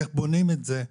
איך בונים את זה,